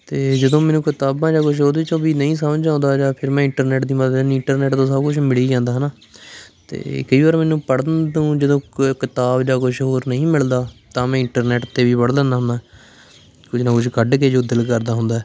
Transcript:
ਅਤੇ ਜਦੋਂ ਮੈਨੂੰ ਕਿਤਾਬਾਂ ਜਾਂ ਕੁਝ ਉਹਦੇ 'ਚੋਂ ਵੀ ਨਹੀਂ ਸਮਝ ਆਉਂਦਾ ਜਾਂ ਫਿਰ ਮੈਂ ਇੰਟਰਨੈਟ ਦੀ ਮਦਦ ਇੰਟਰਨੈਟ ਤੋਂ ਸਭ ਕੁਝ ਮਿਲੀ ਜਾਂਦਾ ਹੈ ਨਾ ਅਤੇ ਕਈ ਵਾਰ ਮੈਨੂੰ ਪੜ੍ਹਨ ਤੋਂ ਜਦੋਂ ਕਿਤਾਬ ਜਾਂ ਕੁਝ ਹੋਰ ਨਹੀਂ ਮਿਲਦਾ ਤਾਂ ਮੈਂ ਇੰਟਰਨੈਟ 'ਤੇ ਵੀ ਪੜ੍ਹ ਲੈਂਦਾ ਹੁੰਦਾ ਕੁਝ ਨਾ ਕੁਝ ਕੱਢ ਕੇ ਜੋ ਦਿਲ ਕਰਦਾ ਹੁੰਦਾ